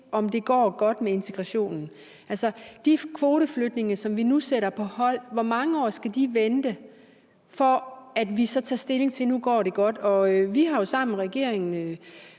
om det går godt med integrationen. Altså, de kvoteflygtninge, som vi nu sætter på hold, hvor mange år skal de vente, før at vi så tager stilling til, om det nu går godt? Vi har jo sammen med regeringen